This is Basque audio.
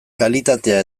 kalitatea